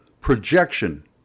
projection